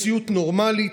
מציאות נורמלית,